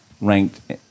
ranked